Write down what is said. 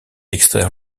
extraire